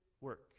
work